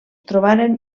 trobaren